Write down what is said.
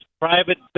private